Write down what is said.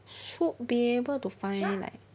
should be able to find like